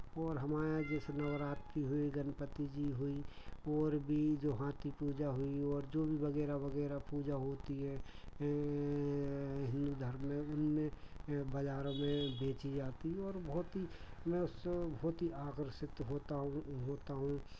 और हमारे यहाँ जैसे नवरात्रि हुई गणपति जी हुई और भी जो हाथी पूजा हुई और जो भी वगैरह वगैरह पूजा होती है हिन्दू धर्म में उनमें बाज़ारों में बेची जाती और बहुत ही मैं उस समय बहुत ही आकर्षित होता हूँ होता हूँ